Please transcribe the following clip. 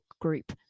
group